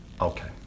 Okay